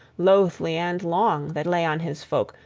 loathly and long, that lay on his folk,